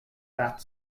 bat